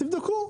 תבדקו,